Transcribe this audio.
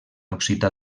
occità